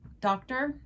doctor